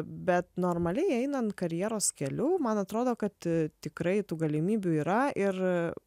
bet normaliai einant karjeros keliu man atrodo kad tikrai tų galimybių yra ir